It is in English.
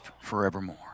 forevermore